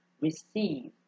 receive